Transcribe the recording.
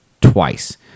twice